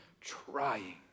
trying